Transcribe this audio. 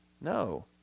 No